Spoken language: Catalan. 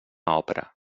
òpera